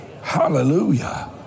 Hallelujah